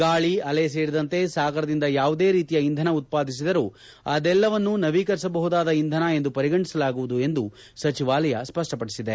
ಗಾಳಿ ಅಲೆ ಸೇರಿದಂತೆ ಸಾಗರದಿಂದ ಯಾವುದೇ ರೀತಿಯ ಇಂಧನ ಉತ್ಪಾದಿಸಿದರೂ ಅದನ್ನೆಲ್ಲ ನವೀಕರಿಸಬಹುದಾದ ಇಂಧನ ಎಂದು ಪರಿಗಣಿಸಲಾಗುವುದು ಎಂದು ಸಚಿವಾಲಯ ಸ್ಪಷ್ಟಪಡಿಸಿದೆ